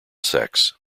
sex